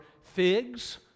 figs